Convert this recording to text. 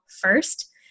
first